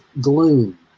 gloom